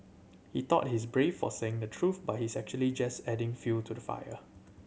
he thought he's brave for saying the truth but he's actually just adding fuel to the fire